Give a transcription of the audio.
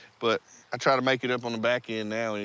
but i try to make it up on back end now, yeah